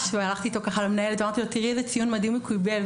הלכתי איתו למנהלת ואמרתי לה: תראי איזה ציון מדהים הוא קיבל.